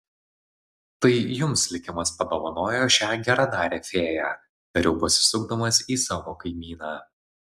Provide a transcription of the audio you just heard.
tai jums likimas padovanojo šią geradarę fėją tariau pasisukdamas į savo kaimyną